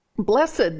Blessed